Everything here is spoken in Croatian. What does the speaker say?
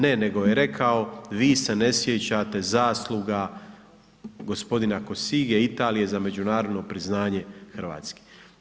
Ne nego je rekao vi se ne sjećate zasluga gospodina Cossiga, Italije za međunarodno priznanje Hrvatske.